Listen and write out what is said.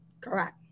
Correct